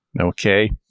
Okay